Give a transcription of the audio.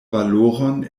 valoron